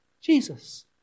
Jesus